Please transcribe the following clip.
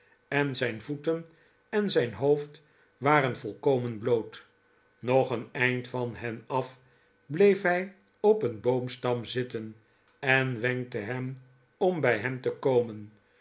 en zijn voeten en zijn hoofd waren volkomen bloot nog een eind van hen af bleef hij op een boomstam zitten en wenkte hen om bij hem te komen